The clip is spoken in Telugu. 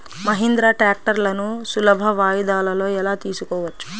మహీంద్రా ట్రాక్టర్లను సులభ వాయిదాలలో ఎలా తీసుకోవచ్చు?